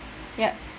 ya